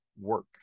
work